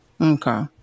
Okay